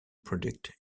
product